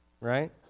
right